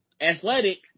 Athletic